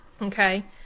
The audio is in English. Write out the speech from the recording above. Okay